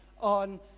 on